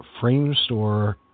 Framestore